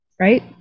right